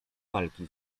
walki